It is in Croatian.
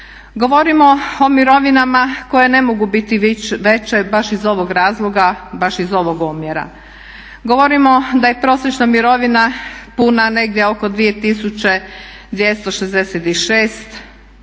Govorimo o mirovinama koje ne mogu biti veće baš iz ovog razloga, baš iz ovog omjera. Govorimo da je prosječna mirovina puna negdje oko 2266,